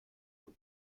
were